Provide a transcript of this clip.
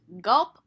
gulp